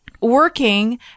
working